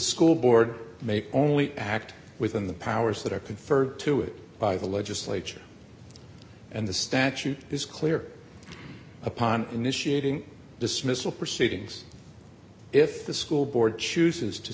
school board make only act within the powers that are conferred to it by the legislature and the statute is clear upon initiating dismissal proceedings if the school board chooses to